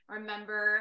Remember